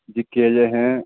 جی کیلے ہیں